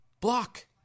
block